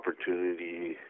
opportunity